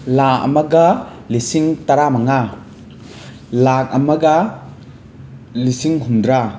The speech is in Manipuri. ꯂꯥꯈ ꯑꯃꯒ ꯂꯤꯁꯤꯡ ꯇꯔꯥꯃꯉꯥ ꯂꯥꯈ ꯑꯃꯒ ꯂꯤꯁꯤꯡ ꯍꯨꯝꯗ꯭ꯔꯥ